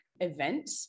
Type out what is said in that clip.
event